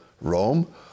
Rome